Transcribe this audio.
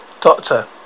Doctor